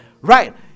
Right